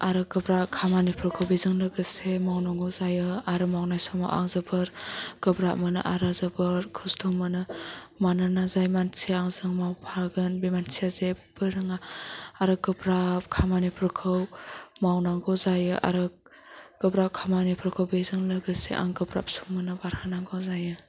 आरो गोब्राब खामानिफोरखौ बिजों लोगोसे मावनांगौ जायो आरो मावनाय समाव आं जोबोर गोब्राब मोनो आरो जोबोर खस्थ मोनो मानोना जाय मानसिया आंजों मावफागोन बे मानसिया जेब्बो रोङा आरो गोब्राब खामानिफोरखौ मावनांगौ जायो आरो गोब्राब खामानिफोरखौ बिजों लोगोसे आं गोब्राब समखौनो बारहोनांगौ जायो